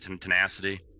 tenacity